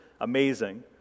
Amazing